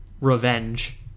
revenge